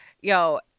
Yo